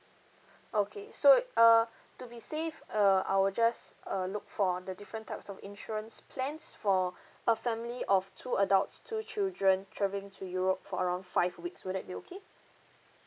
okay so err to be safe uh I will just uh look for the different types of insurance plans for a family of two adults two children travelling to europe for around five weeks will that be okay